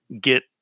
get